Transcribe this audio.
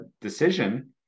decision